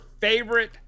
favorite